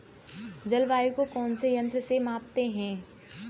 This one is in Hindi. जलवायु को कौन से यंत्र से मापते हैं?